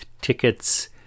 tickets